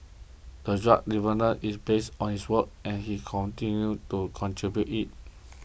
the drug development is based on his work and he continued to contribute it